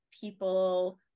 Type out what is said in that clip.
people